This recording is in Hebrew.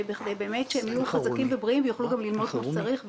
בכדי שהם יהיו חזקים ובריאים ויוכלו ללמוד כפי שצריך.